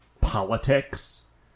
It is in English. politics